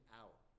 out